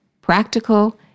practical